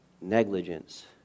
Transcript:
negligence